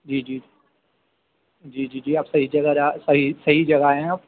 جی جی جی جی جی آپ صحیح صحیح صحیح جگہ آئے ہیں آپ